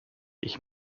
ich